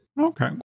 Okay